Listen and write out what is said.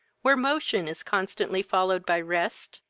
where motion is constantly followed by rest,